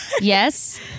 Yes